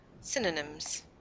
Synonyms